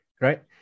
right